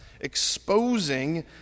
exposing